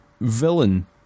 villain